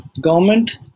government